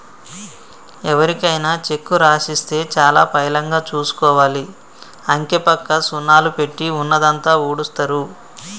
ఎవరికైనా చెక్కు రాసిస్తే చాలా పైలంగా చూసుకోవాలి, అంకెపక్క సున్నాలు పెట్టి ఉన్నదంతా ఊడుస్తరు